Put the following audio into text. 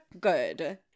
good